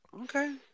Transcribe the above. Okay